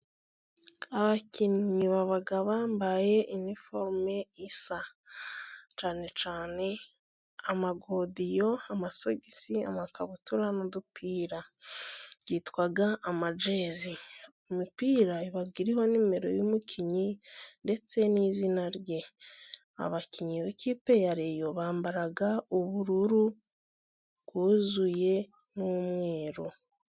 Abakinnyi baba bambaye uniforume isa, cyane cyane amagodiyo, amasogisi, amakabutura n'udupira byitwa amajezi. Imipira iba iriho na nimero y'umukinnyi ndetse n'izina rye. Abakinnyi b'ikipe ya Rayon bambara ubururu bwuzuye n'umweru.